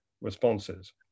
responses